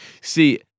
See